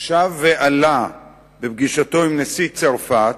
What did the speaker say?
שב ועלה בפגישתו עם נשיא צרפת